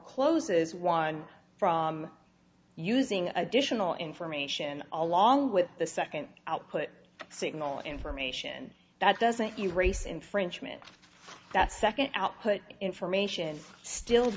closes one from using additional information along with the second output signal information that doesn't use race infringement that second output information still